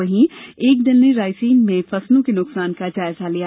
वहीं एक दल ने रायसेन में फसलों के नुकसान का जायजा लिया